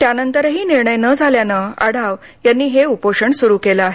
त्यानंतरही निर्णय न झाल्यानं आढाव यांनी हे उपोषण सुरू केलं आहे